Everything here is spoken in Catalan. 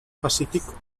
pacífic